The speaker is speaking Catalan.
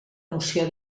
noció